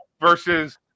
versus